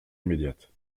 immédiate